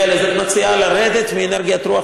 אני מזמין את חבר הכנסת עודד פורר,